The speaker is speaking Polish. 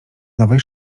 nowej